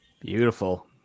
Beautiful